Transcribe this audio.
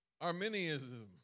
Arminianism